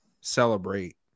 celebrate